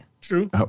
true